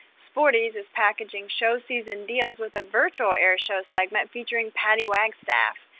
sporty's is packaging show season deals with a virtual air show segment featuring patty wagstaff.